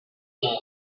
guyana